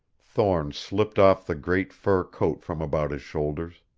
thorne slipped off the great fur coat from about his shoulders.